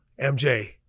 MJ